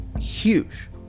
Huge